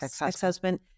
ex-husband